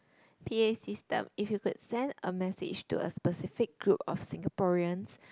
p_a system if you could send a message to a specific group of Singaporeans